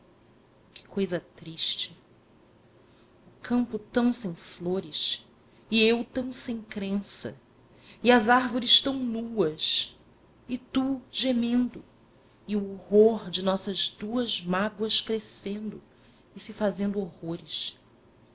que coisa triste o campo tão sem flores e eu tão sem crença e as árvores tão nuas e tu gemendo e o horror de nossas duas mágoas crescendo e se fazendo horrores